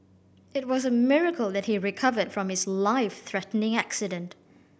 it was a miracle that he recovered from his life threatening accident